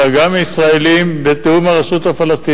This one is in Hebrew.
אלא גם ישראלים בתיאום עם הרשות הפלסטינית,